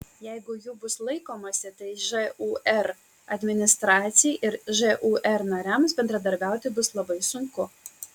jeigu jų bus laikomasi tai žūr administracijai ir žūr nariams bendradarbiauti bus labai sunku